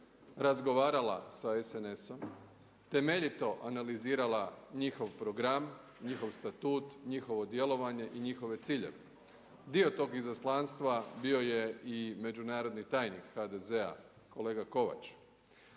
razgovarala sa SNS-om, temeljito analizirala njihov program, njihov statut, njihovo djelovanje i njihove ciljeve, dio tog izaslanstva bio je i međunarodni tajnik HDZ-a kolega Kovač.